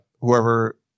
whoever